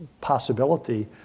possibility